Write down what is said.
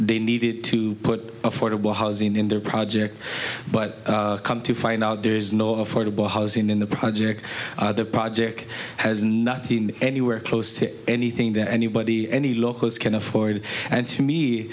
they needed to put affordable housing in their project but come to find out there is no affordable housing in the project the project has not been anywhere close to anything that anybody any locals can afford and to me